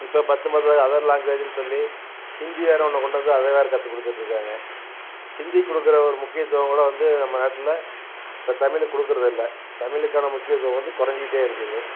இப்போ பத்து மத அதர் லாங்குவேஜ்னு சொல்லி ஹிந்தி வேற ஒன்ற கொண்டு வந்து அதை வேற கற்று கொடுத்துட்ருக்காங்க ஹிந்திக்கு கொடுக்குற ஒரு முக்கியத்துவம் கூட வந்து நம்ம நாட்டில் இப்போ தமிழுக்கு கொடுக்குறதில்ல தமிழுக்கான முக்கியத்துவம் வந்து குறஞ்சிக்கிட்டே இருக்குது